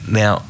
now